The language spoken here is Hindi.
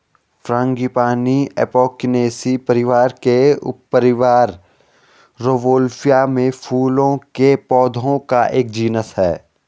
फ्रांगीपानी एपोकिनेसी परिवार के उपपरिवार रौवोल्फिया में फूलों के पौधों का एक जीनस है